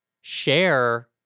share